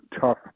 tough